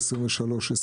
2024-2023,